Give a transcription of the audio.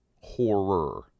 horror